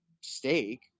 steak